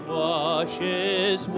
washes